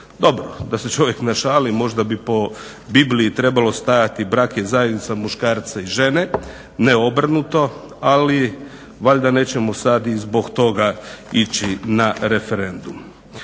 Dobro, da se čovjek našali, možda bi po Bibliji trebalo stajati brak je zajednica muškarca i žene, ne obrnuto ali valjda nećemo sad i zbog toga ići na referendum.